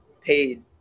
paid